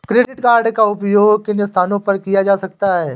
Credit card का उपयोग किन स्थानों पर किया जा सकता है?